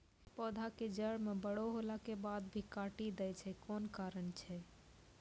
पौधा के जड़ म बड़ो होला के बाद भी काटी दै छै कोन कारण छै?